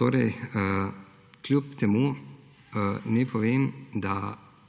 Torej, kljub temu naj povem, da